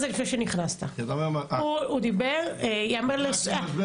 הוא דיבר על זה לפני שנכנסת.